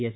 S